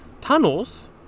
tunnels